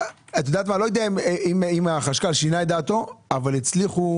לא יודע אם החשכ"ל שינה את דעתו, אבל הצליחו